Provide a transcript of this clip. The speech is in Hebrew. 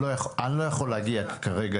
אני לא יכול להגיע לשם כרגע,